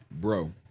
bro